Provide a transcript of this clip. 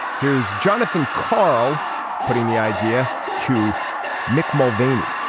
here's jonathan karl putting the idea to mick mulvaney.